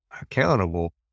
accountable